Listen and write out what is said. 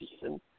season